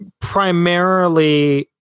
primarily